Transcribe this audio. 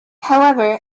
however